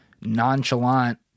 nonchalant